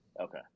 okay